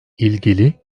ilgili